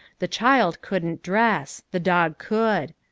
the child couldn't dress the dog could.